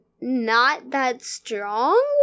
not-that-strong